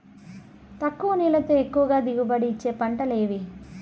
తక్కువ నీళ్లతో ఎక్కువగా దిగుబడి ఇచ్చే పంటలు ఏవి?